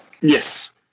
Yes